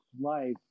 life